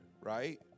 right